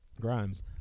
Grimes